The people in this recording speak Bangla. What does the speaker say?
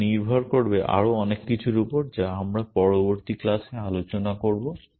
এটা নির্ভর করবে আরও অনেক কিছুর উপর যা আমরা পরবর্তী ক্লাসে আলোচনা করব